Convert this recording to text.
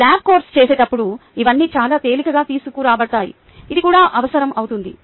lab course చేసేటప్పుడు ఇవన్నీ చాలా తేలికగా తీసుకురాబడతాయి ఇది కూడా అవసరం అవుతుంది